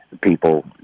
people